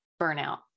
burnout